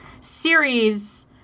series